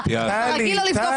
רגיל לא לבדוק